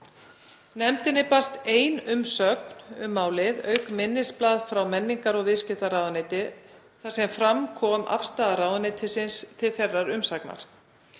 Nefndinni barst ein umsögn um málið, auk minnisblaðs frá menningar- og viðskiptaráðuneyti þar sem fram kom afstaða ráðuneytisins til þeirrar umsagnar.